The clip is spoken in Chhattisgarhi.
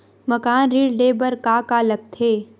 मकान ऋण ले बर का का लगथे?